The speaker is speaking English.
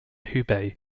hubei